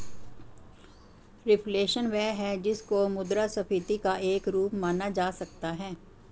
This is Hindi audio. रिफ्लेशन वह है जिसको मुद्रास्फीति का एक रूप माना जा सकता है